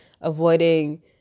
avoiding